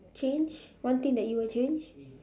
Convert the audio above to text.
change one thing that you would change